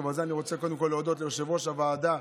בזה אני רוצה קודם כול להודות ליושב-ראש הוועדה,